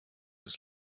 das